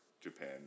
Japan